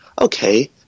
okay